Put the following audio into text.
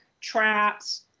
traps